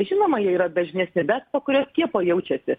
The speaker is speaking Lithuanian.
žinoma jie yra dažnesni bet po kurio skiepo jaučiasi